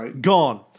gone